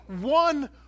one